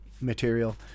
material